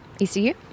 ECU